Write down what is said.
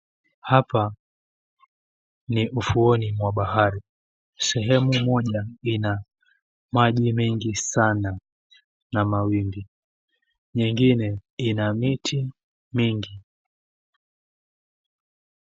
Hapa ni ufuoni mwa bahari. Sehemu moja ina maji mengi sana na mawimbi. Nyingine ina miti mingi.